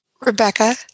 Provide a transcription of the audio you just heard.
Rebecca